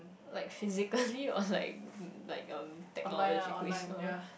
like physically or like like erm technology uh